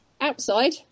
outside